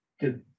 good